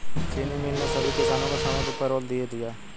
चीनी मिल ने सभी किसानों को समय पर पैरोल दे दिया